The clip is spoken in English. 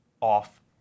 off